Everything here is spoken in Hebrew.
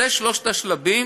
אלה שלושת השלבים.